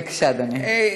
בבקשה, אדוני.